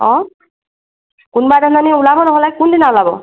অঁ কোনোবা এদিনা ওলাব নহ'লে কোনদিনা ওলাব